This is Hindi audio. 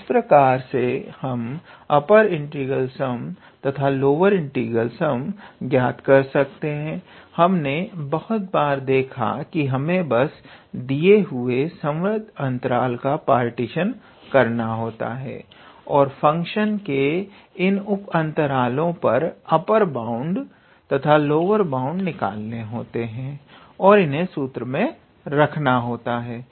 तो इस प्रकार से हम अपर इंटीग्रल सम तथा लोअर इंटीग्रल सम ज्ञात कर सकते हैं हमने बहुत बार देखा कि हमें बस दिए हुए संवर्त अंतराल का पार्टीशन करना होता है और फंक्शन के इन उप अंतरलों पर अपर बाउंड तथा लोअर बाउंड निकालने होते हैं और इन्हें सूत्र में रखना होता है